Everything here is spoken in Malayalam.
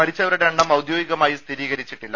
മരിച്ചവരുടെ എണ്ണം ഔദ്യോഗികമായി സ്ഥിരീകരിച്ചിട്ടില്ല